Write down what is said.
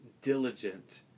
diligent